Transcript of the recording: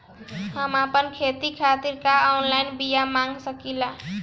हम आपन खेती खातिर का ऑनलाइन बिया मँगा सकिला?